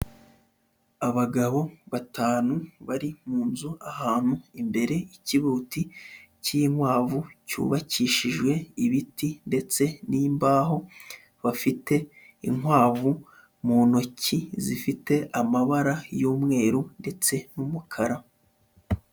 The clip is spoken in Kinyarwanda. Abagabo batanu bari mu nzu ahantu imbere y'ikibuti cy'inkwavu, cyubakishijwe ibiti ndetse n'imbaho, bafite inkwavu mu ntoki zifite amabara y'umweru ndetse n'umukara.